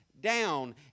down